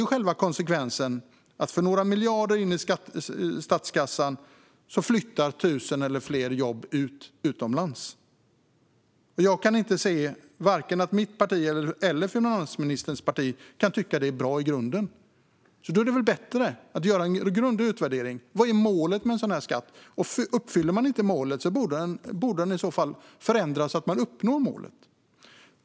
Konsekvensen blir då att för några miljarder in i statskassan flyttar tusen eller fler jobb utomlands. Jag kan inte se att vare sig mitt eller finansministerns parti kan tycka att detta i grunden är bra. Då är det bättre att göra en grundlig utvärdering. Vad är målet med en sådan här skatt? Uppfylls inte målet borde den förändras så att så sker.